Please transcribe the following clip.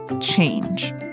change